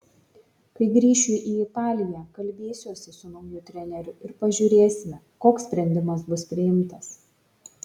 kai grįšiu į italiją kalbėsiuosi su nauju treneriu ir pažiūrėsime koks sprendimas bus priimtas